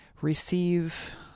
receive